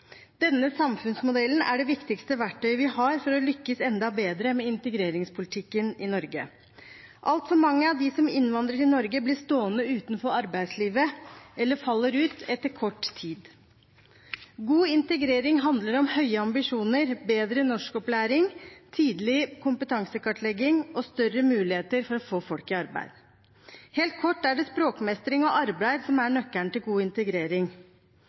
Denne samfunnsmodellen er det viktigste verktøyet vi har for å lykkes enda bedre med integreringspolitikken i Norge. Altfor mange av dem som innvandrer til Norge, blir stående utenfor arbeidslivet eller faller ut etter kort tid. God integrering handler om høye ambisjoner, bedre norskopplæring, tidlig kompetansekartlegging og større muligheter for å få folk i arbeid. Helt kort er det språkmestring og arbeid som er nøkkelen til god integrering.